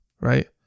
right